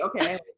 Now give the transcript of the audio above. Okay